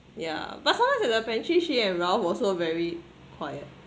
yeah but sometimes at the pantry she and ralph also very quiet